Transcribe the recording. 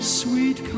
sweet